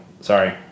sorry